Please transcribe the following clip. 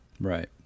Right